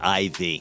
IV